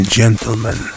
gentlemen